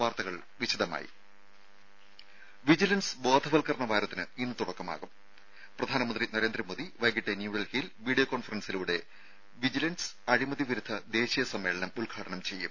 വാർത്തകൾ വിശദമായി വിജിലൻസ് ബോധവൽക്കരണ വാരത്തിന് ഇന്ന് തുടക്കമാകും പ്രധാനമന്ത്രി നരേന്ദ്രമോദി വൈകീട്ട് ന്യൂഡൽഹിയിൽ വീഡിയോ കോൺഫറൻസിലൂടെ വിജിലൻസ് അഴിമതി വിരുദ്ധ ദേശീയ സമ്മേളനം ഉദ്ഘാടനം ചെയ്യും